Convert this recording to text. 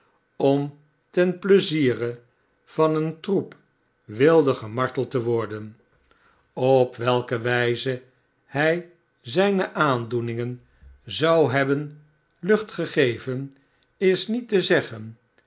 om ten pleiziere van een troep wilden gemarteld te worden op welke wijze hij zijne aandoeningen zou nebben lucht ge gegeven is niet te zeggen